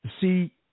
See